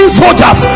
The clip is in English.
soldiers